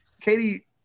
Katie